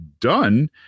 done